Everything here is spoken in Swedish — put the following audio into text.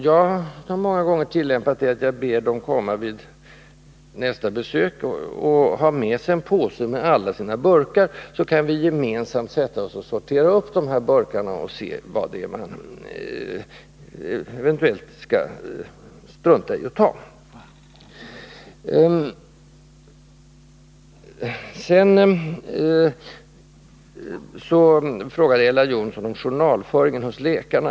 Jag har många gånger tillämpat metoden att be patienten att vid nästa besök ha med sig en påse med alla sina burkar, och sedan har vi sorterat upp de burkarna och jag har talat om för patienten vilka mediciner han eventuellt kan upphöra med. Ella Johnsson frågade om man inte kunde få en ökad kontroll via läkarnas journalföring.